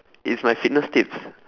it's my fitness tips